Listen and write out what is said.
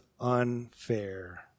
unfair